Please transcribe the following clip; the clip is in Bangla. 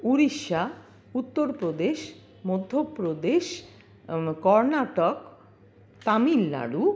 উড়িষ্যা উত্তরপ্রদেশ মধ্যপ্রদেশ কর্ণাটক তামিলনাড়ু